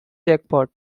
jackpot